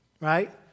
right